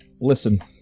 Listen